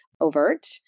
overt